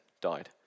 died